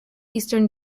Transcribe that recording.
eastern